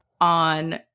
on